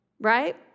right